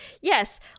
yes